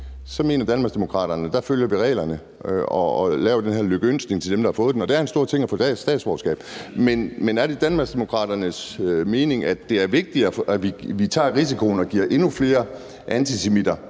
så mener Danmarksdemokraterne, at der følger vi reglerne og giver den her lykønskning til dem, der har fået det. Og det er en stor ting at få et statsborgerskab, men er det Danmarksdemokraternes mening, at det er vigtigere, at vi tager risikoen og giver endnu flere antisemitter